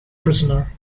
prisoner